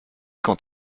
quant